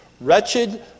Wretched